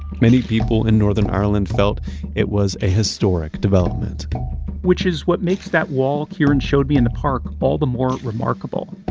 many people in northern ireland felt it was a historic development which is what makes that wall ciaran and showed me in the park, all the more remarkable.